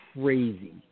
crazy